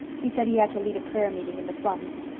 he said he had to lead a prayer-meeting in the slums!